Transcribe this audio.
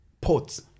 ports